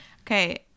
Okay